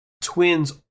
Twins